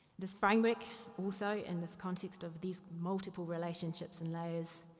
this framework also in this context of these multiple relationships and lows,